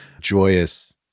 joyous